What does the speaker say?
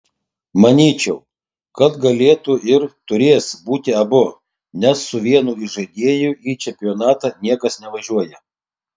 manyčiau kad galėtų ir turės būti abu nes su vienu įžaidėju į čempionatą niekas nevažiuoja